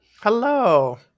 hello